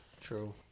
true